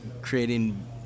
creating